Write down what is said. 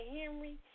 Henry